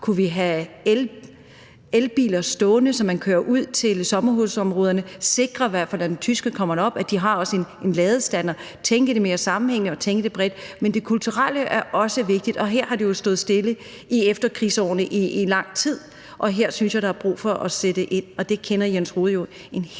Kunne vi have elbiler stående, som man kører ud til sommerhusområderne i, og i hvert fald sikre, at når tyskerne kommer derop, har de også en ladestander, altså tænke det mere sammenhængende og tænke det bredt? Men det kulturelle er også vigtigt. Her har det jo stået stille i efterkrigsårene i lang tid, og her synes jeg der er brug for at sætte ind, og det kender Jens Rohde jo en hel del